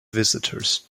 visitors